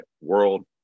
world